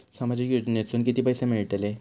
सामाजिक योजनेतून किती पैसे मिळतले?